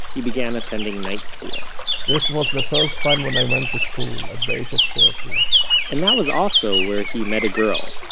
he began attending night school this and was the first time when i went to school, at the age of thirteen and that was also where he met a girl,